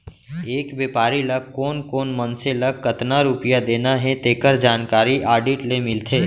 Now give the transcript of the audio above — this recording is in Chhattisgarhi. एक बेपारी ल कोन कोन मनसे ल कतना रूपिया देना हे तेखर जानकारी आडिट ले मिलथे